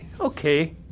okay